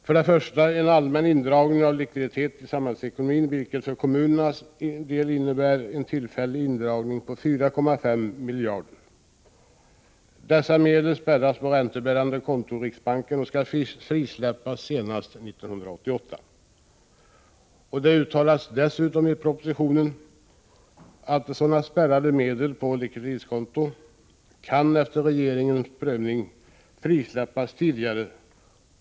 För det första är det en allmän indragning av likviditeten i samhällsekonomin, vilket för kommunernas del innebär en tillfällig indragning på 4,5 miljarder. Dessa medel spärras på räntebärande konton i riksbanken och skall frisläppas senast 1988. Det uttalas dessutom i propositionen att sådana spärrade medel på likviditetskonto kan efter regeringens prövning frisläppas tidigare.